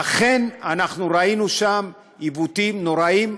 אכן ראינו שם עיוותים נוראים.